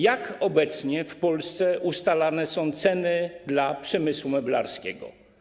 Jak obecnie w Polsce ustalane są ceny w przypadku przemysłu meblarskiego?